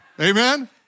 Amen